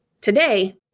today